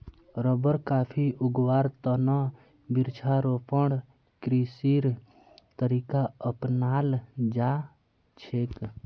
rubber, coffee उगव्वार त न वृक्षारोपण कृषिर तरीका अपनाल जा छेक